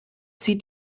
zieht